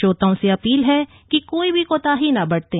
श्रोताओं से अपील है कि कोई भी कोताही न बरतें